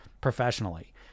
professionally